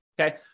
okay